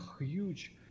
huge